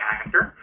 actor